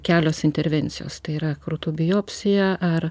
kelios intervencijos tai yra krūtų biopsija ar